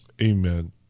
Amen